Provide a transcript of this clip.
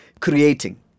Creating